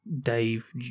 Dave